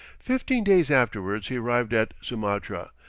fifteen days afterwards he arrived at sumatra,